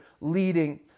leading